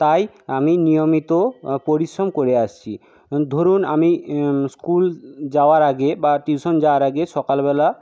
তাই আমি নিয়মিত পরিশ্রম করে আসছি ধরুন আমি স্কুল যাওয়ার আগে বা টিউশন যাওয়ার আগে সকালবেলা